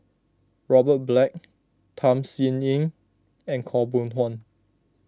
Robert Black Tham Sien Yen and Khaw Boon Wan